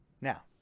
Now